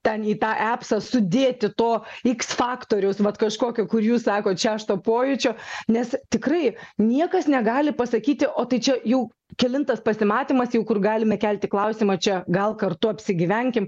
ten į tą epsą sudėti to x faktoriaus vat kažkokio kur jūs sakot šešto pojūčio nes tikrai niekas negali pasakyti o tai čia jau kelintas pasimatymas jau kur galime kelti klausimą čia gal kartu apsigyvenkim